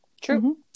True